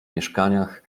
mieszkaniach